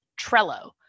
Trello